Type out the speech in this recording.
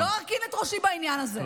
לא ארכין את ראשי בעניין הזה.